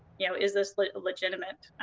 you know is this like legitimate?